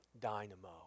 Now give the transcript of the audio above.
dynamo